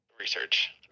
research